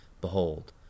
Behold